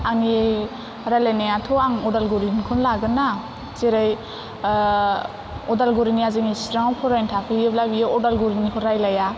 आंनि रायलायनायाथ' आं अदालगुरिनिखौनो लागोन ना जेरै अदालगुरिनिया जोंनि चिरांआव फरायनो थाफैयोब्ला बियो अदालगुरिनिखौ रायलाया